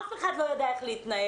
אף אחד לא ידע איך להתנהל,